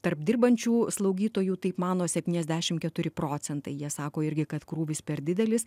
tarp dirbančių slaugytojų taip mano septyniasdešim keturi procentai jie sako irgi kad krūvis per didelis